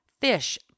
fish